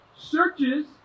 searches